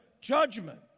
judgment